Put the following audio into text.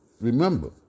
remember